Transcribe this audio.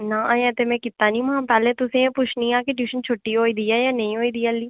नां अजें ते में कीता निं महां पैह्लें तुसें ई गै पुच्छनी आं कि ट्यूशन छुट्टी होई दी ऐ जां नेईं होई दी ऐ हाल्ली